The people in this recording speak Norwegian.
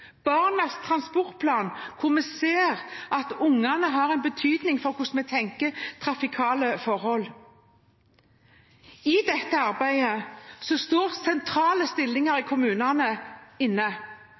barnas transportplan, hvor vi ser at ungene har en betydning for hvordan vi tenker trafikale forhold. I dette arbeidet står sentrale stillinger